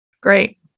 Great